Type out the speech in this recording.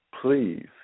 please